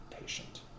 patient